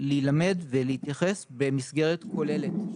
להילמד ולהתייחס במסגרת כוללת.